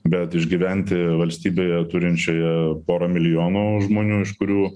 bet išgyventi valstybėje turinčioje porą milijonų žmonių iš kurių